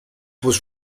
was